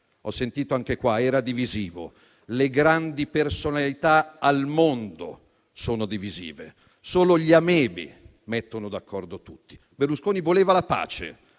Ho sentito dire anche qua che era divisivo. Le grandi personalità al mondo sono divisive, solo gli "amebi" mettono d'accordo tutti. Berlusconi voleva la pace,